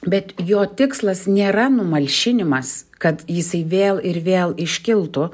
bet jo tikslas nėra numalšinimas kad jisai vėl ir vėl iškiltų